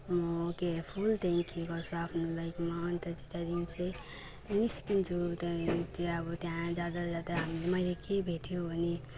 के full tank गर्छु आफ्नो बाइकमा अन्त चाहिँ त्यहाँदेखिन् चाहिँ निस्किन्छु त्यहाँदेखिन् चाहिँ अब त्यहाँ जाँदा जाँदा हामी मैले के भेट्यो भने